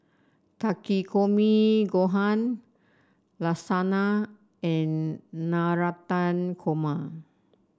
Takikomi Gohan Lasagna and Navratan Korma